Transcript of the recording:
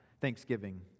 thanksgiving